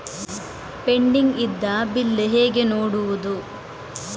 Pending ಇದ್ದ bill ಹೇಗೆ ನೋಡುವುದು?